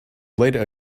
bladder